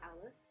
Alice